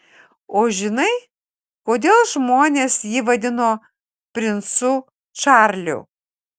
o žinai kodėl žmonės jį vadino princu čarliu